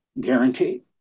Guaranteed